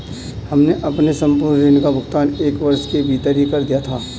हमने अपने संपूर्ण ऋण का भुगतान एक वर्ष के भीतर ही कर दिया था